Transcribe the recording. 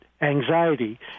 anxiety